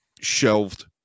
shelved